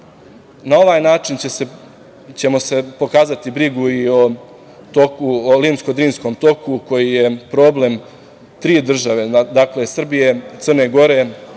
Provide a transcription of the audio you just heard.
na ovaj način ćemo pokazati brigu o limsko-drinskom toku koji je problem tri države, dakle, Srbije, Crne Gore